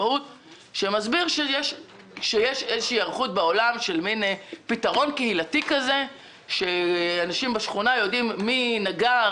שמסביר שיש היערכות בעולם של פתרון קהילתי שאנשים בשכונה יודעים מי נגר,